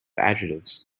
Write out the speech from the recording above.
adjectives